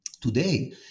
Today